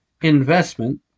investment